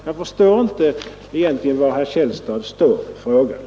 Jag förstår egentligen inte var herr Källstad står i detta ärende.